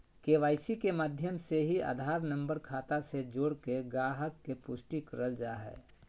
KYC के माध्यम से ही आधार नम्बर खाता से जोड़के गाहक़ के पुष्टि करल जा हय